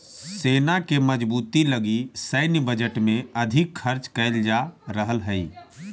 सेना के मजबूती लगी सैन्य बजट में अधिक खर्च कैल जा रहल हई